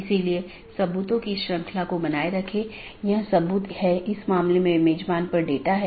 यह एक शब्दावली है या AS पाथ सूची की एक अवधारणा है